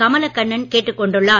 கமலக்கண்ணன் கேட்டுக் கொண்டுள்ளார்